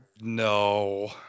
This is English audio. no